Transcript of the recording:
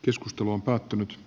keskustelu on päättynyt